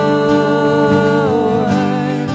Lord